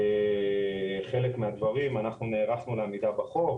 חלק מהדברים אנחנו נערכנו לעמידה בחוק.